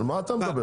על מה אתה מדבר?